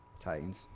Titans